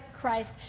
Christ